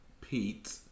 Pete